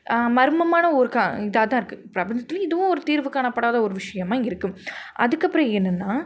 மர்மமான ஒரு கா இதாக தான் இருக்குது பிரபஞ்சத்தில் இதுவும் ஒரு தீர்வு காணப்படாத ஒரு விஷயமா இருக்குது அதுக்கப்புறம் என்னன்னா